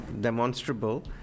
demonstrable